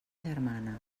germana